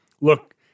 look